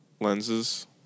lenses